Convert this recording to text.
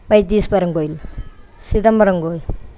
வைத்தீஸ்வரன் கோவில் சிதம்பரம் கோவில்